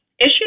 Issue